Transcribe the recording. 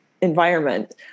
environment